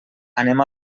anem